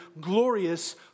glorious